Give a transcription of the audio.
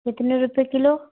कितने रुपए किलो